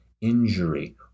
injury